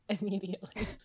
immediately